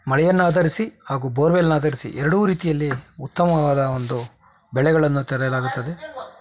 ಮಳೆಯನ್ನಾಧರಿಸಿ ಹಾಗೂ ಬೋರ್ವೆಲ್ನ್ನಾಧರಿಸಿ ಎರಡು ರೀತಿಯಲ್ಲಿ ಉತ್ತಮವಾದ ಒಂದು ಬೆಳೆಗಳನ್ನು ತೆರೆಯಲಾಗುತ್ತದೆ